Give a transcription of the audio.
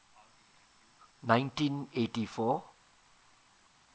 nineteen eighty four